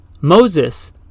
Moses